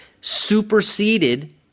superseded